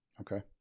okay